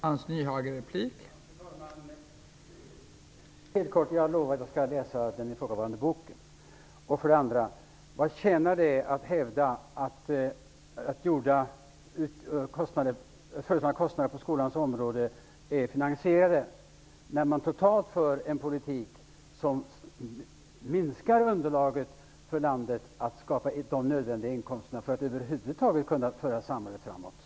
Fru talman! För det första: Jag lovar att jag skall läsa den ifrågavarande boken. För det andra: Vad tjänar det till att hävda att föreslagna kostnader på skolans område är finansierade, när man totalt sett för en politik som minskar möjligheterna för landet att skapa de inkomster som är nödvändiga för att landet skall kunna föras framåt över huvud taget?